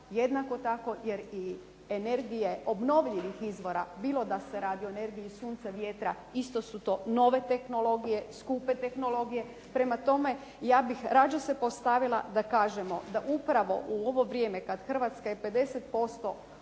jednako tako jer i energije obnovljivih izvora bilo da se radi o energiji sunca, vjetra isto su to nove tehnologije, skupe tehnologije. Prema tome, ja bih rađe se postavila da kažemo da upravo u ovo vrijeme kad Hrvatska je 50% ovisna